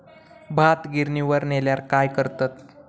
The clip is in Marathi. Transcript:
भात गिर्निवर नेल्यार काय करतत?